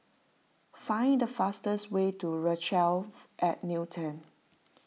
find the fastest way to Rochelle at Newton